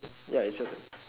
ya it's your turn